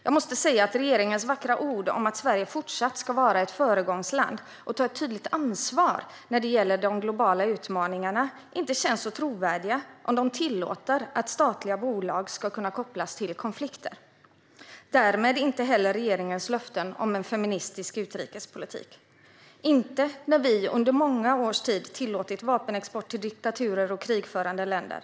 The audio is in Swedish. Jag måste säga att regeringens vackra ord om att Sverige fortsatt ska vara ett föregångsland och ta ett tydligt ansvar när det gäller de globala utmaningarna inte känns så trovärdiga om de tillåter att statliga bolag ska kunna kopplas till konflikter. Det är därmed inte heller regeringens löften om en feministisk utrikespolitik, inte när vi under många års tid tillåtit vapenexport till diktaturer och krigförande länder.